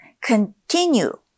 Continue